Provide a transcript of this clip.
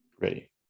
Ready